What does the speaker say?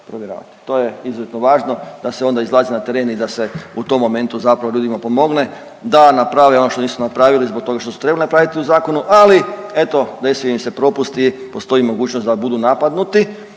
to je izuzetno važno da se onda izlazi na teren i da se u tom momentu zapravo ljudima pomogne da naprave ono što nisu napravili zbog toga što su trebali napraviti u zakonu, ali eto dese im se propusti i postoji mogućnost da budu napadnuti